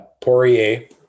Poirier